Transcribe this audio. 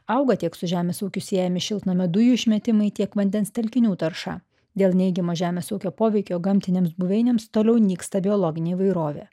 auga tiek su žemės ūkiu siejami šiltnamio dujų išmetimai tiek vandens telkinių tarša dėl neigiamo žemės ūkio poveikio gamtinėms buveinėms toliau nyksta biologinė įvairovė